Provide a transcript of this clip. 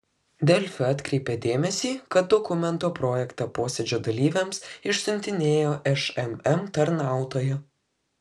delfi atkreipia dėmesį kad dokumento projektą posėdžio dalyviams išsiuntinėjo šmm tarnautoja